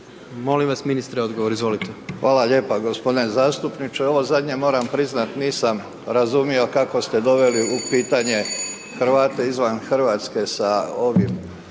Molim vas ministre odgovor, izvolite. **Božinović, Davor (HDZ)** Hvala lijepa g. zastupniče. Ovo zadnje moram priznat nisam razumio kako ste doveli u pitanje Hrvate izvan Hrvatske sa ovim